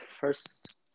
first